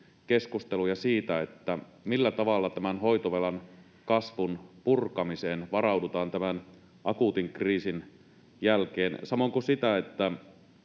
keskusteluja siitä, millä tavalla tämän hoitovelan kasvun purkamiseen varaudutaan tämän akuutin kriisin jälkeen, samoin kuin sitä, että